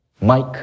Mike